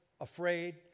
afraid